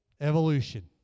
Evolution